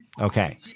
Okay